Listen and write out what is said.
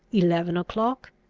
eleven o'clock,